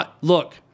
Look